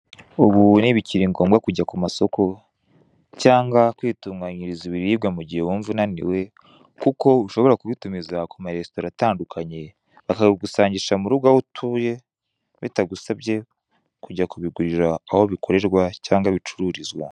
Ubu ntibikuri ngombwa kujya kumasoko cyangwa kwitunganyiriza ibiribwa mugihe wumva unaniwe kuko ushobora kubitumiza kuma resitora atandukanye, bakabigusangisha murugo aho utuye bitagusabye kujya kubigurira aho bikorerwa cyangwa bicururizwa.